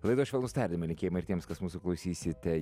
laidos švelnūs tardymai linkėjimai ir tiems kas mūsų klausysite